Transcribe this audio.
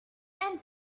and